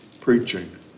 preaching